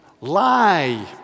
lie